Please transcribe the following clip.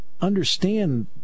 understand